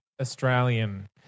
Australian